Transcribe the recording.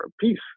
peace